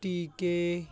ਟੀਕੇ